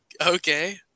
okay